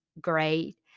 great